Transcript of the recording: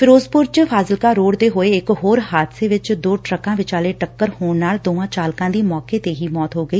ਫਿਰੋਜ਼ਪੁਰ ਚ ਫਾਜ਼ਿਲਕਾ ਰੋਡ ਤੇ ਹੋਏ ਇਕ ਹੋਰ ਹਾਦਸੇ ਵਿਚ ਦੋ ਟਰੱਕਾ ਵਿਚਾਲੇ ਟੱਕਰ ਹੋਣ ਨਾਲ ਦੋਵਾ ਚਾਲਕਾ ਦੀ ਮੌਕੇ ਤੇ ਹੀ ਮੌਤ ਹੋ ਗਈ